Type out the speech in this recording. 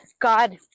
god